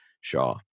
Shaw